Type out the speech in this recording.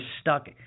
stuck